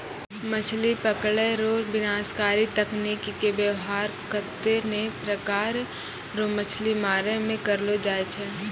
मछली पकड़ै रो विनाशकारी तकनीकी के वेवहार कत्ते ने प्रकार रो मछली मारै मे करलो जाय छै